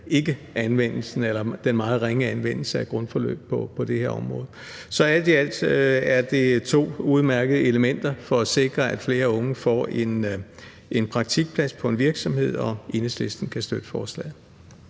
eller den meget ringe anvendelse af, grundforløb på det her område. Så alt i alt er det to udmærkede elementer for at sikre, at flere unge får en praktikplads på en virksomhed, og Enhedslisten kan støtte forslaget.